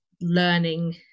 learning